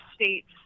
states